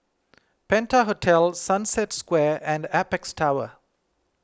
Penta Hotel Sunset Square and Apex Tower